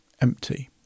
empty